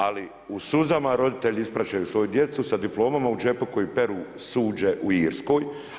Ali u suzama roditelji ispraćaju svoju djecu sa diplomama u džepu koji peru suđe u Irskoj.